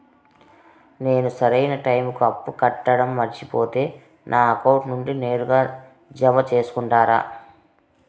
నేను సరైన టైముకి అప్పు కట్టడం మర్చిపోతే నా అకౌంట్ నుండి నేరుగా జామ సేసుకుంటారా?